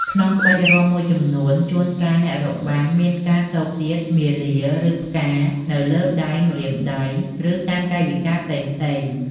ក្នុងក្បាច់រាំមួយចំនួន ជួនកាលអ្នករបាំមានការស៊កសៀតមាលា ឬ ផ្កា នៅលើដៃ ម្រាមដៃ ឬតាមកាយវិការផ្សេងៗ។